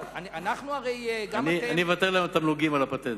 אני מוותר על תמלוגים על הפטנט.